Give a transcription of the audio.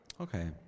Okay